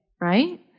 Right